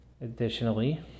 Additionally